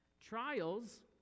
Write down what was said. Trials